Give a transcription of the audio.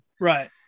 Right